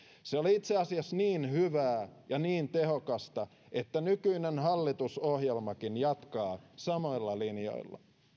se oli itse asiassa niin hyvää ja niin tehokasta että nykyinen hallitusohjelmakin jatkaa samoilla linjoilla